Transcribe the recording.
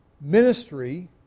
ministry